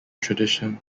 tradition